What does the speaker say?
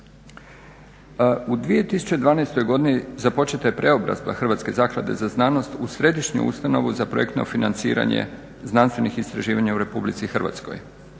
U 2012.godini započeta je preobrazba Hrvatske zaklade za znanost u središnju ustanovu za projektno financiranje znanstvenih istraživanja u RH.